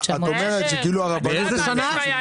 את אומרת שכאילו הרבנות היא מיסיון?